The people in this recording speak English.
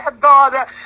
God